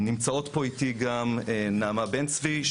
נמצאות פה איתי גם נעמה בן צבי,